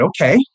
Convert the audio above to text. okay